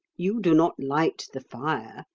you do not light the fire,